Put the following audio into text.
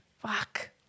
Fuck